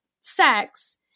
sex